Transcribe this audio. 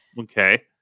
Okay